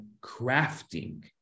crafting